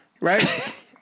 right